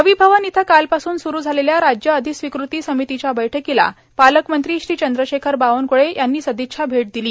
रविभवन इथं कालपासून सूरु झालेल्या राज्य अधिस्विकृती समितीच्या बैठकीला पालकमंत्री श्री चंद्रशेखर बावनकळे यांनी सदिच्छा भेट दिली